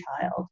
child